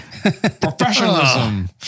professionalism